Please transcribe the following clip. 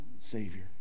Savior